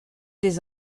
des